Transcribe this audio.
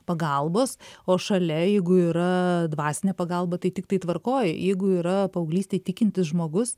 pagalbos o šalia jeigu yra dvasinė pagalba tai tiktai tvarkoj jeigu yra paauglystėj tikintis žmogus